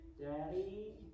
Daddy